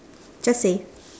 just say